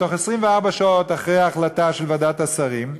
בתוך 24 שעות אחרי ההחלטה של ועדת השרים,